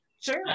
sure